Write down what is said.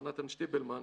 מר נתן שטיבלמן,